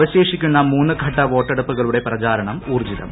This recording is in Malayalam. അവശേഷിക്കുന്ന മൂന്ന്ഘട്ട വോട്ടെടുപ്പുകളുടെ പ്രചാരണം ഊർജിതം